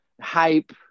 hype